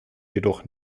jedoch